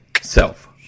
Self